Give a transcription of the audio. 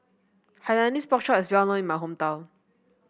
Hainanese Pork Chop is well known in my hometown